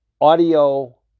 Audio